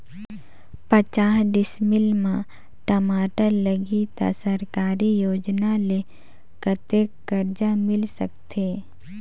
पचास डिसमिल मा टमाटर लगही त सरकारी योजना ले कतेक कर्जा मिल सकथे?